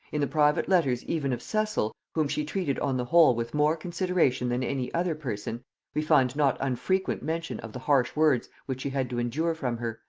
in the private letters even of cecil, whom she treated on the whole with more consideration than any other person, we find not unfrequent mention of the harsh words which he had to endure from her,